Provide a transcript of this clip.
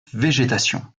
végétation